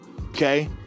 Okay